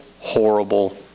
horrible